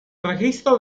registro